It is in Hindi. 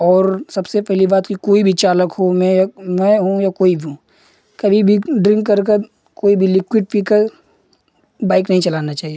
और सबसे पहली बात कि कोई भी चालक हो मैं या मैं हूँ या कोई भी हों कभी भी ड्रिन्क कर कर कोई भी लिक्विड पीकर बाइक़ नहीं चलानी चाहिए